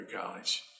College